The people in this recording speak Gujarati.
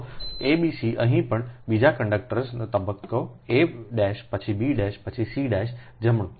તો a b c અહીં પણ બીજા કંડક્ટર્સ તબક્કો એ પછી બી પછી સી જમણું